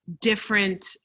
different